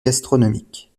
gastronomiques